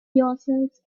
yourselves